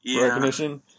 recognition